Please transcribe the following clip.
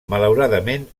malauradament